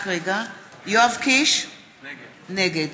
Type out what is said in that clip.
נגד